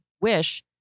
Wish